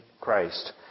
Christ